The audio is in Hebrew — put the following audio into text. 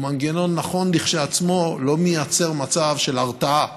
שהוא מנגנון נכון כשלעצמו, לא מייצר מצב של הרתעה.